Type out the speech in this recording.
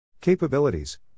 Capabilities